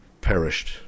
perished